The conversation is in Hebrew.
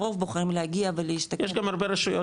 הרוב בוחרים להגיע ולהשתכן --- יש גם הרבה רשויות